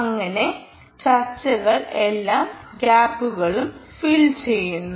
അങ്ങനെ ചർച്ചകൾ എല്ലാ ഗ്യാപ്പുകളും ഫിൽ ചെയ്യുന്നു